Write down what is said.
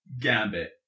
Gambit